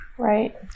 Right